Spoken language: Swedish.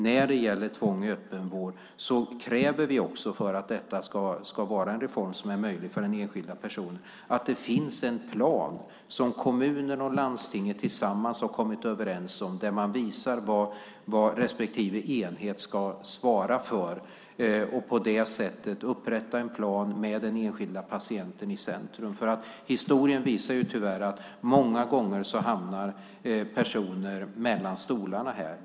När det gäller tvång i öppen vård kräver vi också, för att detta ska vara en reform som är möjlig för den enskilda personen, att det finns en plan som kommunen och landstinget tillsammans har kommit överens om, där man visar vad respektive enhet ska svara för. På det sättet ska man upprätta en plan med den enskilda patienten i centrum. Historien visar tyvärr att personer många gånger hamnar mellan stolarna.